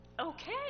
Okay